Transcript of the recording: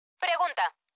Pregunta